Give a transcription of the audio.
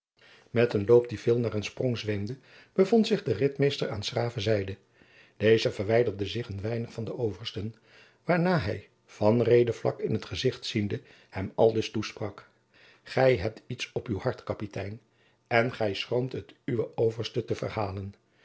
met een loop die veel naar een sprong zweemde bevond zich de ritmeester aan s graven zijde deze verwijderde zich een weinig van de oversten waarna hij van reede vlak in t gezigt ziende hem aldus toesprak gij hebt iets op uw hart kapitein en gij schroomt het uwen overste te verhalen